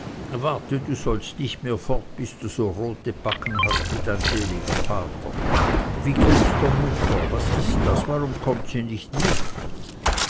warte du sollst nicht mehr fort bis du so rote backen hast wie dein seliger vater wie geht's der mutter was ist das warum kommt sie nicht mit